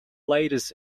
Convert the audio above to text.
latest